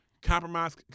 compromise